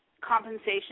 compensation